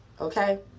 okay